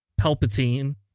Palpatine